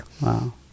Wow